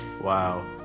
Wow